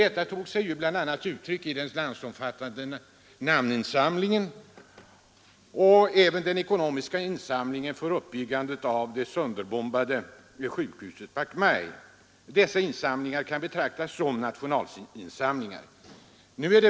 Detta tog sig bl.a. uttryck i den landsomfattande namninsamlingen och den ekonomiska insamligen för återuppbyggnaden av det sönderbombade sjukhuset Bach Mai. Dessa insamlingar kan betraktas som nationalinsamlingar.